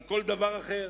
על כל דבר אחר,